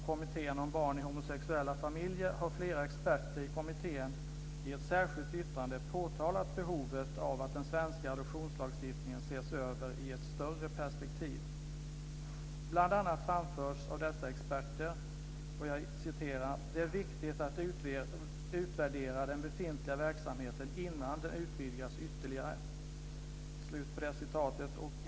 Kommittén om barn i homosexuella familjer har flera experter i kommittén i ett särskilt yttrande påtalat behovet av att den svenska adoptionslagstiftningen ses över i ett större perspektiv. Bl.a. framförs följande av dessa experter: "Det är viktigt att utvärdera den befintliga verksamheten innan den utvidgas ytterligare."